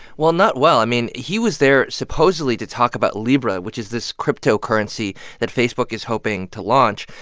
well, not well. i mean, he was there supposedly to talk about libra, which is this cryptocurrency that facebook is hoping to launch.